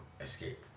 escape